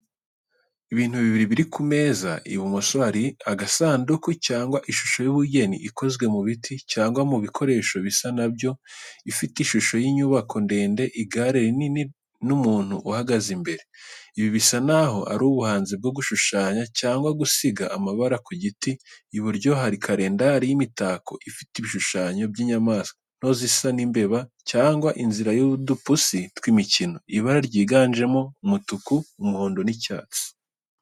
Ibintu bibiri biri ku meza. Ibumoso hari agasanduku cyangwa ishusho y’ubugeni ikozwe mu biti cyangwa mu bikoresho bisa na byo, ifite ishusho y’inyubako ndende, igare rinini n’umuntu uhagaze imbere. Ibi bisa naho ari ubuhanzi bwo gushushanya cyangwa gusiga amabara ku giti. Iburyo hari karendari y’imitako ifite ibishushanyo by’inyamanswa nto zisa n’imbeba cyangwa inzira y’udupusi tw’imikino, ibara ryiganjemo umutuku, umuhondo, n’icyatsi.